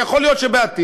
ויכול להיות שבעתיד,